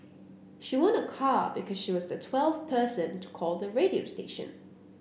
she won a car because she was the twelfth person to call the radio station